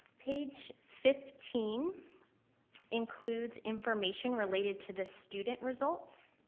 page fifteen includes information related to the student results.